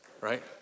right